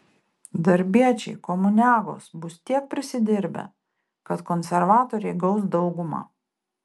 darbiečiai komuniagos bus tiek prisidirbę kad konservatoriai gaus daugumą